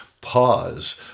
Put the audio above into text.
pause